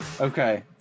Okay